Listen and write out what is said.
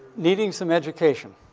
needing some education.